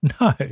No